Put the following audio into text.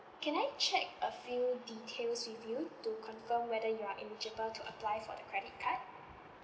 can I check a few details with you to confirm whether you are eligible to apply for the credit card